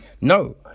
No